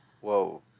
whoa